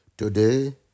Today